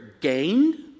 gained